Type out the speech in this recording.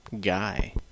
guy